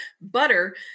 butter